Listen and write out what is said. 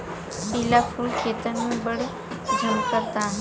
पिला फूल खेतन में बड़ झम्कता